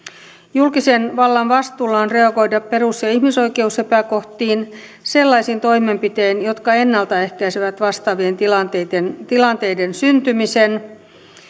julkisen vallan vastuulla on reagoida perus ja ihmisoikeusepäkohtiin sellaisin toimenpitein jotka ennalta ehkäisevät vastaavien tilanteiden tilanteiden syntymisen